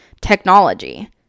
technology